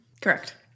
correct